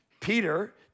Peter